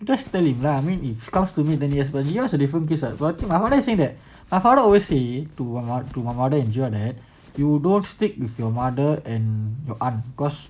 just tell him lah I mean if comes to this then yes but you know what is a different case or not I wanted to say that my father also say to my mother angel that you don't stick with your mother and your aunt cause